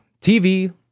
TV